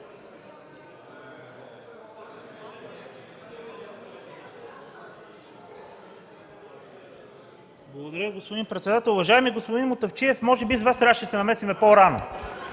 Благодаря, господин председател. Уважаеми господин Мутафчиев, може би с Вас трябваше да се намесим по-рано,